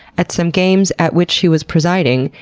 at some games at which he was presiding,